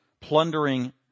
plundering